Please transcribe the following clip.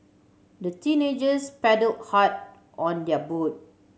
the teenagers paddle hard on their boat